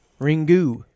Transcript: Ringu